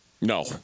No